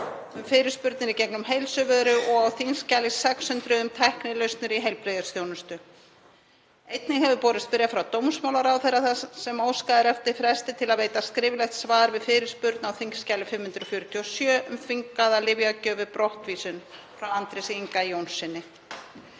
um fyrirspurnir í gegnum Heilsuveru, og á þskj. 600, um tæknilausnir í heilbrigðisþjónustu. Einnig hefur borist bréf frá dómsmálaráðherra þar sem óskað er eftir fresti til að veita skriflegt svar við fyrirspurn á þskj. 547, um þvingaða lyfjagjöf við brottvísun, frá Andrési Inga Jónssyni.